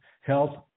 health